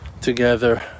together